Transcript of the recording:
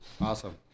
Awesome